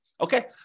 Okay